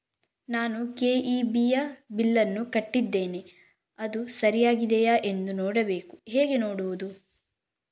ನಾನು ಕೆ.ಇ.ಬಿ ಯ ಬಿಲ್ಲನ್ನು ಕಟ್ಟಿದ್ದೇನೆ, ಅದು ಸರಿಯಾಗಿದೆಯಾ ಎಂದು ನೋಡಬೇಕು ಹೇಗೆ ನೋಡುವುದು?